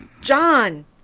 John